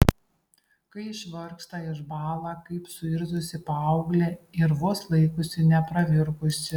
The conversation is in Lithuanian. kai išvargsta išbąla kaip suirzusi paauglė ir vos laikosi nepravirkusi